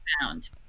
found